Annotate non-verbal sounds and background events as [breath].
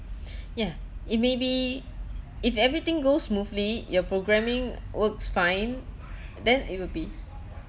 [breath] yeah it may be if everything goes smoothly your programming works fine then it will be